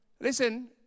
Listen